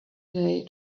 day